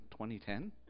2010